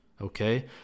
okay